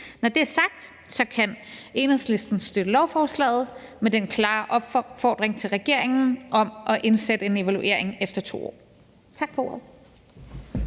Når det er sagt, kan Enhedslisten støtte lovforslaget med den klare opfordring til regeringen om at indsætte en evaluering efter 2 år. Tak for ordet.